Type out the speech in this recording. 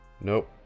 Nope